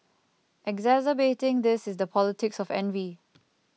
exacerbating this is the politics of envy